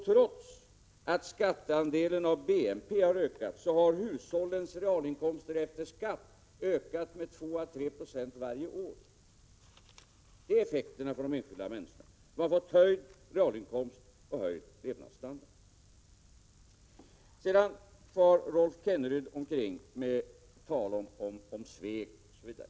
Trots att skatteandelen av BNP har ökat har hushållens realinkomster efter skatt ökat med2aå3 96 varje år. Det är effekterna för de enskilda människorna. De har fått höjd realinkomst och höjd levnadsstandard. Rolf Kenneryd far med tal om svek osv.